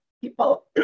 people